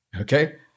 Okay